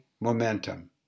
Momentum